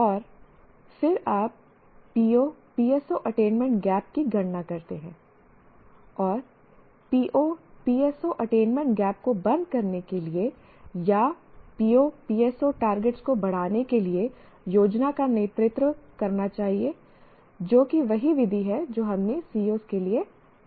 और फिर आप PO PSO अटेनमेंट गैप की गणना करते हैं और PO PSO अटेनमेंट गैप को बंद करने के लिए या PO PSO टारगेट को बढ़ाने के लिए योजना का नेतृत्व करना चाहिए जो कि वही विधि है जो हमने COs के लिए अपनाई थी